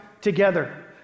together